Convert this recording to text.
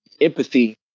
empathy